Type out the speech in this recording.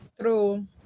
true